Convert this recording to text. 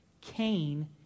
Cain